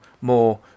more